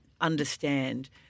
understand